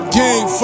game